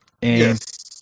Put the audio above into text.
Yes